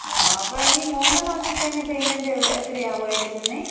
ആണോ അപ്പം ഈ മൂന്ന് മാസത്തിന് പേയ്മെൻറ്റ് എത്രായാകുമായിരിക്കുമെന്നേ